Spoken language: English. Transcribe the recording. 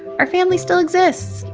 our family still exists.